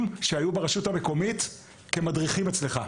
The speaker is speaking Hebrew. שהיו ברשות המקומית כמדריכים אצלך.